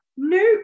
nope